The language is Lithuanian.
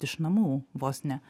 iš namų vos ne